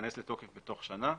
שייכנס לתוקף בתוך שנה.